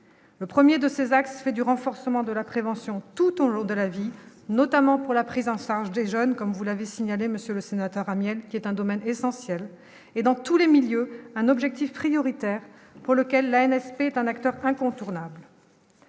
le 1er de ces axes fait du renforcement de la prévention tout au long de la vie, notamment pour la prise en charge des jeunes comme vous l'avez signalé Monsieur le Sénateur amiable qui est un domaine essentiel et dans tous les milieux, un objectif prioritaire pour lequel MSP est un acteur incontournable